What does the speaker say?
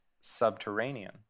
subterranean